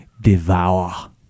devour